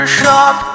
shop